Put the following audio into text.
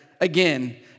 again